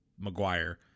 McGuire